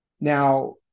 Now